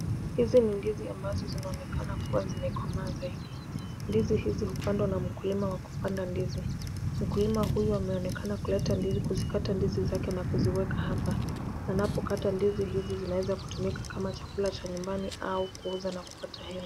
Hizi ni ndizi ambazo zinaonekana kuwa zimekomaa zaidi. Ndizi hizi hupandwa na mkulima wa kupanda ndizi. Mkulima huyu ameonekana kuzikata ndizi zake na kuziweka hapa. Anapokata ndizi hizi zinaweza kutumika kama chakula cha nyumbani au kuuza na kupata hela.